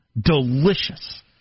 delicious